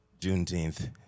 Juneteenth